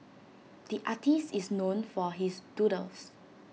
the artist is known for his doodles